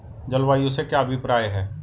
जलवायु से क्या अभिप्राय है?